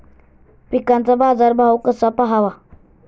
पिकांचा बाजार भाव कसा पहावा?